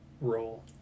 role